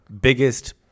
biggest